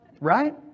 right